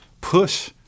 push